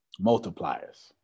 Multipliers